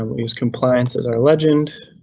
um use compliance as our legend,